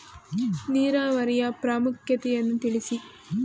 ನೀರಾವರಿಯ ಪ್ರಾಮುಖ್ಯತೆ ಯನ್ನು ತಿಳಿಸಿ?